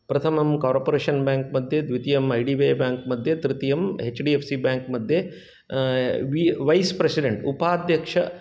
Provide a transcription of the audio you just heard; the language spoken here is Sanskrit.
प्रथमं कार्पोरेशन् बेङ्कमध्ये द्वितीयं ऐडिबिए बेङ्कमध्ये तृतीयं हेच्डिएफ़्सि बेङ्क्मध्ये वि वैस्प्रसिडेण्ट् उपाध्यक्ष